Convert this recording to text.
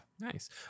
Nice